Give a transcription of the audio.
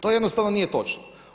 To jednostavno nije točno.